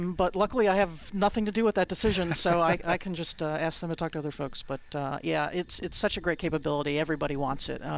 um but luckily i have nothing to do with that decision, so i can just ah ask them to talk to other folks. but yeah, it's it's such a great capability, everybody wants it,